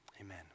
Amen